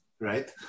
right